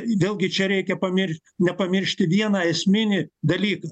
vėl gi čia reikia pamir nepamiršti vieną esminį dalyką